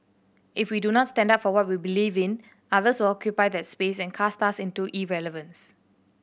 if we do not stand up for what we believe in others will occupy that space and cast us into irrelevance